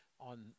on